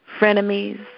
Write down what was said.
frenemies